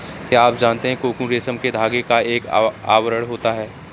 क्या आप जानते है कोकून रेशम के धागे का एक आवरण होता है?